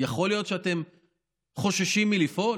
יכול להיות שאתם חוששים מלפעול?